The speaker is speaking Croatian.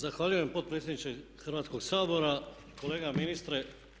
Zahvaljujem potpredsjedniče Hrvatskog sabora, kolega ministre.